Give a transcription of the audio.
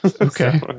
Okay